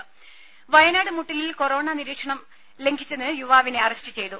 ടെടി വയനാട് മുട്ടിലിൽ corona നിരീക്ഷണം ലംഘിച്ചതിന് യുവാവിനെ അറസ്റ്റ് ചെയ്തു